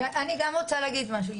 אני גם רוצה להגיד משהו.